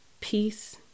peace